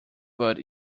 but